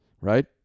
Right